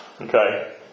Okay